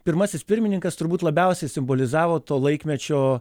pirmasis pirmininkas turbūt labiausiai simbolizavo to laikmečio